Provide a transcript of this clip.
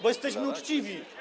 Bo jesteśmy uczciwi.